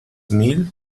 mil